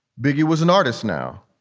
biggie was an artist now,